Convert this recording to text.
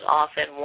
often